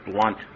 blunt